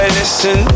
listen